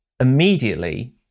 immediately